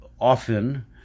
often